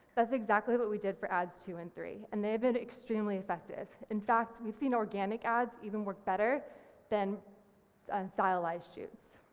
that's exactly what we did for ads two and three and they've been extremely effective. in fact, we've seen organic ads even work better than unstylish shoots.